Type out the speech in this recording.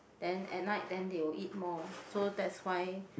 then at night then they will eat more so that's why